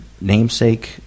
namesake